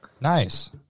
Nice